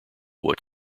what